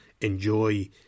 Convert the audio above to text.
enjoy